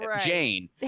Jane